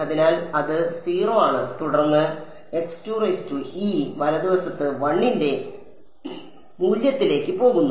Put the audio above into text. അതിനാൽ അത് 0 ആണ് തുടർന്ന് വലതുവശത്ത് 1 ന്റെ മൂല്യത്തിലേക്ക് പോകുന്നു